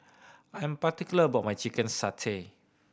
I'm particular about my chicken satay